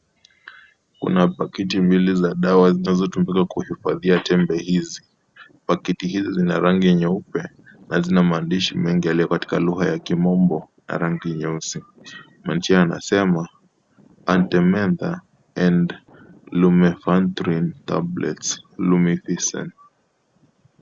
Kuna pakiti mbili za dawa zinazotumika kuhifadhia tembe hizi. Pakiti hizi zina rangi nyeupe na zina maandishi mengi yaliyo katika lugha ya kimombo ya rangi nyeusi. Majina yanasema Artemether and Lumefantrine Tablets Lumificen .